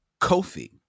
Kofi